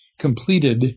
completed